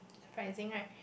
surprising right